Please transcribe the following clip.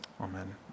Amen